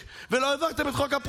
ולא העברתם את חוק הנשק,